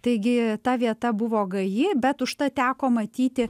taigi ta vieta buvo gaji bet užtat teko matyti